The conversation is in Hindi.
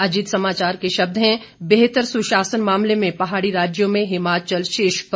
अजीत समाचार के शब्द हैं बेहतर सुशासन मामले में पहाड़ी राज्यों में हिमाचल शीर्ष पर